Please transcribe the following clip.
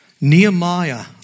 Nehemiah